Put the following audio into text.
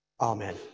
Amen